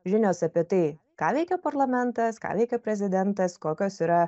žinios apie tai ką veikia parlamentas ką veikia prezidentas kokios yra